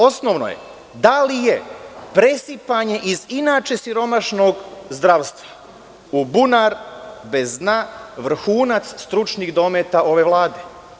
Osnovno je da li je presipanje iz inače siromašnog zdravstva u bunar bez dna vrhunac stručnih dometa ove vlade?